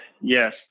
Yes